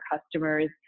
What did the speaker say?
customers